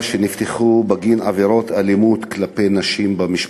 שנפתחו בגין עבירות אלימות כלפי נשים במשפחה.